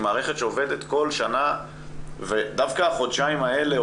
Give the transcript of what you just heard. מערכת שעובדת כל שנה ודווקא החודשיים האלה,